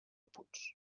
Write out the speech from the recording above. punts